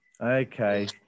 Okay